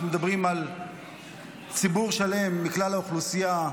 אנחנו מדברים על ציבור שלם מכלל האוכלוסייה,